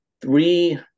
three